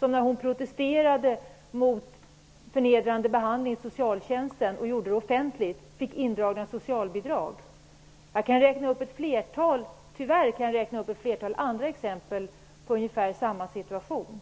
När hon offentligt protesterade mot förnedrande behandling i socialtjänsten blev hennes socialbidrag indraget. Tyvärr kan jag räkna upp ett flertal andra exempel där människor befinner sig i ungefär samma situation.